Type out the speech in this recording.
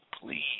Please